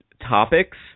Topics